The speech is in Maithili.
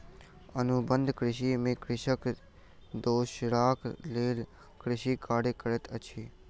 अनुबंध कृषि में कृषक दोसराक लेल कृषि कार्य करैत अछि